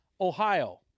Ohio